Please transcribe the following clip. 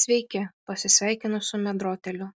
sveiki pasisveikinu su metrdoteliu